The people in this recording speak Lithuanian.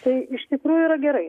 tai iš tikrųjų yra gerai